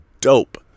dope